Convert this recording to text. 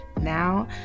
now